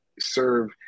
serve